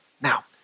Now